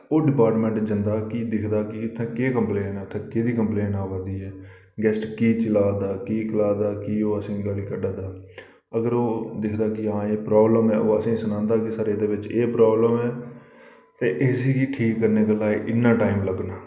ओह् डिपार्टमैंट्ट जंदा कि दिखदे कि केह् कंपलेन ऐ केह्दी कंपलेन अवा दी ऐ गैस्ट की चलाऽ दा ऐ कि असेंगी गालीं कड्ढा दा ऐ अगर ओह् दिखदा कि हां एह् प्राब्लम ऐ ओह् असेंगी सनांदा कि साढ़े एह् प्राब्लम ऐ ते इसी गी ठीक करने गल्ला इन्ना टाईम लग्गना